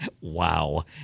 Wow